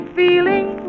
feeling